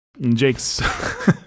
Jake's